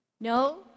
no